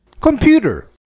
Computer